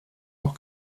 auch